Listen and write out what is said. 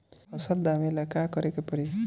फसल दावेला का करे के परी?